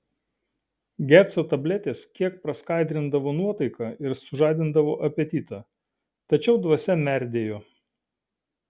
geco tabletės kiek praskaidrindavo nuotaiką ir sužadindavo apetitą tačiau dvasia merdėjo